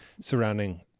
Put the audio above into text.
surrounding